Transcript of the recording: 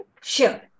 Sure